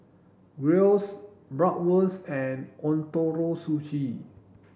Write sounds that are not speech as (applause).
(unintelligible) Bratwurst and Ootoro Sushi